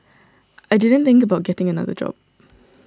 I didn't think about getting another job